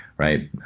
right?